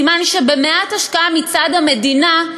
סימן שבמעט השקעה מצד המדינה,